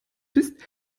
bist